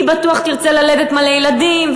היא בטוח תרצה ללדת מלא ילדים,